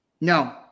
No